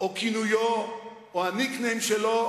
או כינויו או ה-nickname שלו,